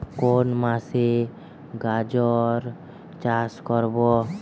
কোন মাসে গাজর চাষ করব?